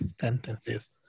sentences